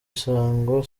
isango